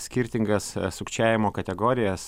skirtingas sukčiavimo kategorijas